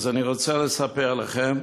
אז אני רוצה לספר לכם,